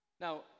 Now